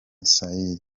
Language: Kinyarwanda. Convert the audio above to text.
said